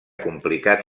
complicat